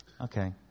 Okay